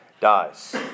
dies